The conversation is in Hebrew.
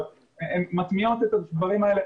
אבל הן מטמיעות את הדברים האלה,